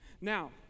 Now